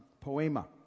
poema